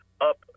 up